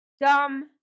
dumb